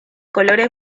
colores